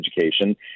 education